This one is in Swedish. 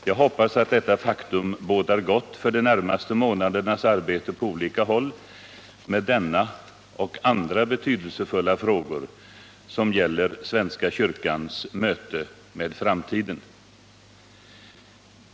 Jag hoppas att detta faktum bådar gott för de närmaste månadernas arbete på olika håll med denna och andra betydelsefulla frågor som gäller svenska kyrkans möte med framtiden.